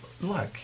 look